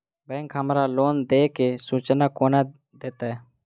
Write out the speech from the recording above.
Bank हमरा loan देय केँ सूचना कोना देतय?